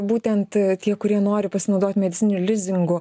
būtent tie kurie nori pasinaudot medicininiu lizingu